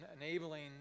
enabling